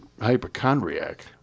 hypochondriac